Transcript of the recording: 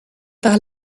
par